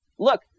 look